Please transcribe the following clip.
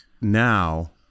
now